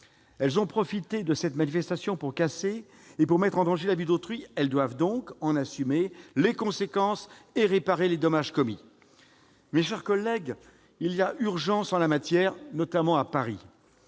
elles ont profité de cette manifestation pour casser et mettre en danger la vie d'autrui ; elles doivent donc en assumer les conséquences et réparer les dommages commis. Mes chers collègues, il y a urgence en la matière, notamment à Paris,